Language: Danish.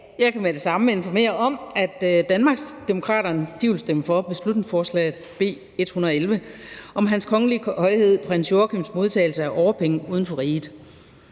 Jeg kan med det samme informere om, at Danmarksdemokraterne vil stemme for beslutningsforslag B 111 om Hans Kongelige Højhed Prins Joachims modtagelse af årpenge uden for riget.